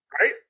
Right